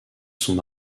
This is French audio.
sont